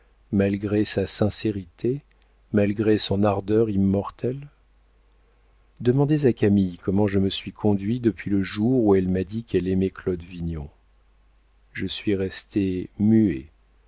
malgré sa sincérité malgré son ardeur immortelle demandez à camille comment je me suis conduit depuis le jour où elle m'a dit qu'elle aimait claude vignon je suis resté muet